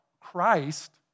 Christ